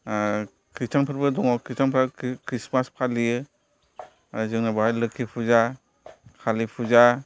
खृस्टानफोरबो दङ खृस्टानफ्रा खृस्टमास फालियो जोङो बेवहाय लोखि फुजा कालि फुजा